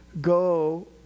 go